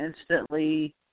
instantly